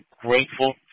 grateful